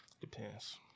Depends